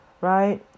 right